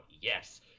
yes